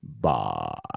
Bye